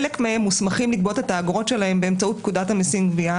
חלק מהם מוסמכים לגבות את האגרות שלהם באמצעות פקודת המיסים (גבייה),